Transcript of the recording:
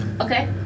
okay